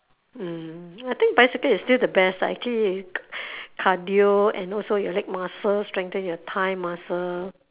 mm I think bicycle is still the best lah actually you cardio and also your leg muscle strengthen your thigh muscle